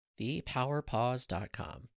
thepowerpaws.com